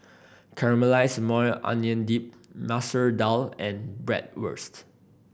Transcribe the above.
Caramelized Maui Onion Dip Masoor Dal and Bratwurst